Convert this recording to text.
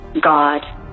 God